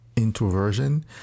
introversion